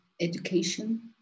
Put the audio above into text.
education